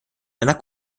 einer